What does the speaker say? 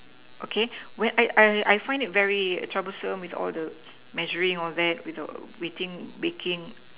okay I I I find it very troublesome with all the measuring all that with the waiting baking